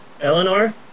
Eleanor